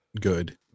good